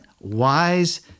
wise